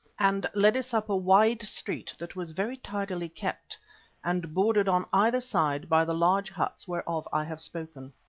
and led us up a wide street that was very tidily kept and bordered on either side by the large huts whereof i have spoken.